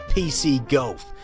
pc golf.